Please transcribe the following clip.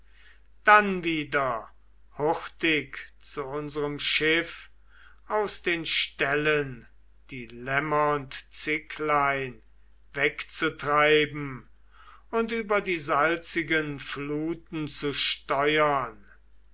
dann wieder hurtig zu unserm schiff aus den ställen die lämmer und zicklein wegzutreiben und über die salzigen fluten zu steuern